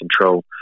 control